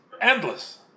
endless